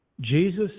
Jesus